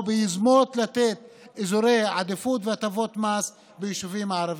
ביוזמות לתת אזורי עדיפות והטבות מס ליישובים הערביים.